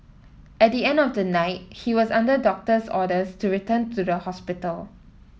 at the end of the night he was under doctor's orders to return to the hospital